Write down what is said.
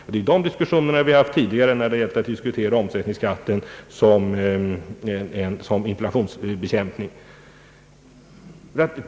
Det är ju de diskussionerna vi har haft tidigare när det gäller omsättningsskatten som en inflationsbekämpande metod.